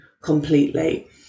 completely